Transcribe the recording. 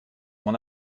mon